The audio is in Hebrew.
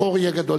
החור יהיה גדול.